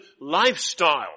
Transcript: lifestyle